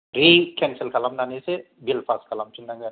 रि केन्सेल खावलामनानैसो bill pass खालामफिननांगोन